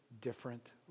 different